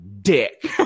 dick